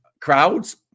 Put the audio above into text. crowds